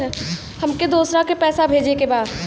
हमके दोसरा के पैसा भेजे के बा?